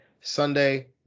Sunday